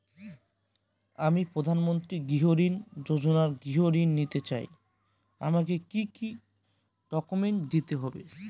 আমি প্রধানমন্ত্রী গৃহ ঋণ যোজনায় গৃহ ঋণ নিতে চাই আমাকে কি কি ডকুমেন্টস দিতে হবে?